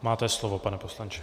Máte slovo, pane poslanče.